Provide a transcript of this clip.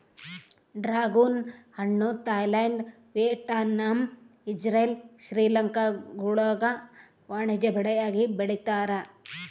dragon ಹಣ್ಣು Thailand Vietnam Israel ಶ್ರೀಲಂಕಾಗುಳಾಗ ವಾಣಿಜ್ಯ ಬೆಳೆಯಾಗಿ ಬೆಳೀತಾರ